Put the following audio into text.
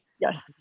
Yes